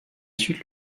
suite